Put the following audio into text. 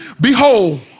Behold